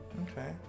Okay